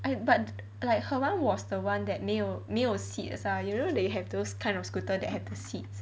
I but like her [one] was the [one] that 没有没有 seat you know they have those kind of scooter that have the seats